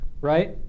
right